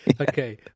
Okay